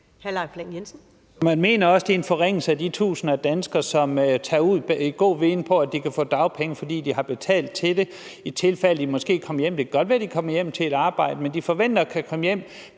Mener man også, det er en forringelse for de tusinder af danskere, som tager ud i en tro på, at de kan få dagpenge, fordi de har betalt til det, i tilfælde af de måske kommer hjem, at vi nu giver dem den her mulighed? Det kan godt være, de kommer hjem til et arbejde, men de forventer at kunne komme